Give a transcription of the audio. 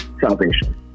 salvation